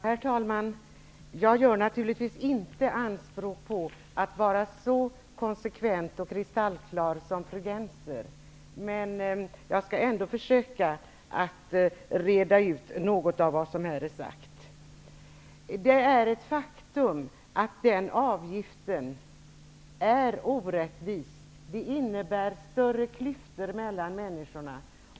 Herr talman! Jag gör naturligtvis inte anspråk på att vara så konsekvent och kristallklar som fru Gennser. Men jag skall ändå försöka reda ut något av det som har sagts här. Det är ett faktum att avgiften är orättvis. Den leder till större klyftor mellan människorna.